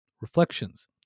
Reflections